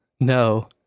No